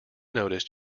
noticed